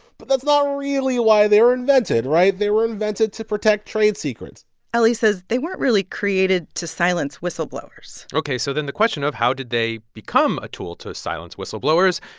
but that's not really why they were invented, right? they were invented to protect trade secrets elie says they weren't really created to silence whistleblowers ok, so then the question of how did they become a tool to silence whistleblowers?